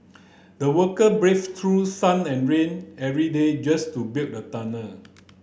the worker braved through sun and rain every day just to build the tunnel